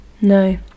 No